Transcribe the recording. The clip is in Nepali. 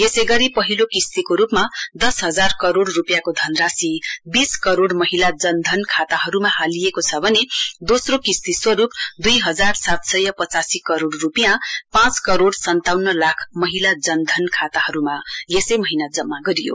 यसै गरी पहिलो किश्तीको रूपमा दस हजार करोड़ रूपियाँको धनराशि वीस करोड़ महिला जनधन खाताहरूमा हालिएको छ भने दोस्रो किश्ती स्वरूप दुई हजार सात सय पचासी करोड़ पाँच करोड़ सन्ताउन्न लाख महिला जनधन खाताहरूमा यसै महीना जम्मा गरियो